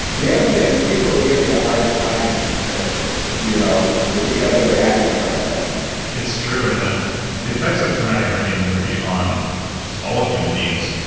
and the other thing and is, people who give you a hard time you know it's because they're having a hard time it's true. and the the effects of traumatic brain injury on just all human beings,